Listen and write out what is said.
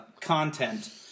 content